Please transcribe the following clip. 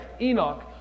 Enoch